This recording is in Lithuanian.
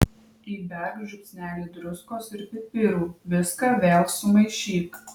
įberk žiupsnelį druskos ir pipirų viską vėl sumaišyk